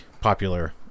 popular